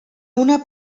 una